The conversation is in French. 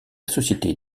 société